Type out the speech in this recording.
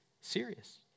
Serious